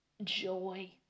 joy